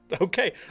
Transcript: Okay